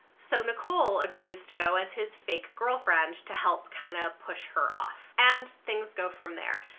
so nicole agrees to go as his fake girlfriend to help kind of push her off, and things go from there.